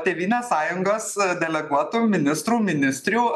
tėvynės sąjungos deleguotų ministrų ministrių